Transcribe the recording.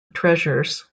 treasures